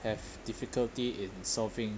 have difficulty in solving